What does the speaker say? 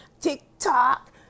TikTok